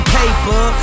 paper